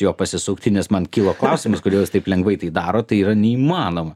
juo pasisukti nes man kilo klausimas kodėl taip jis lengvai tai daro tai yra neįmanoma